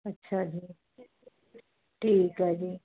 ਅੱਛਾ ਜੀ ਠੀਕ ਹੈ ਜੀ